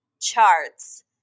charts